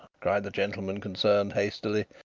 cried the gentleman concerned hastily.